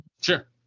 Sure